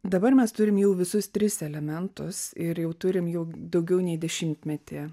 dabar mes turim jau visus tris elementus ir jau turim jau daugiau nei dešimtmetį